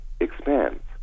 expands